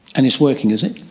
and it's working, is it?